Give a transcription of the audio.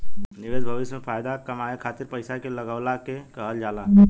निवेश भविष्य में फाएदा कमाए खातिर पईसा के लगवला के कहल जाला